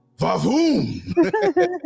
vavoom